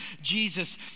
Jesus